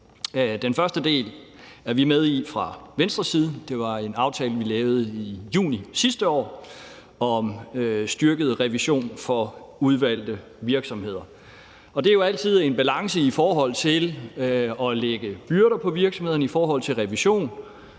Den første del er vi med i fra Venstres side. Det var en aftale, vi lavede i juni sidste år om styrket revision for udvalgte virksomheder. Og der er jo altid en balance i forhold til at lægge byrder på virksomhederne i forhold til revision,